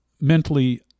mentally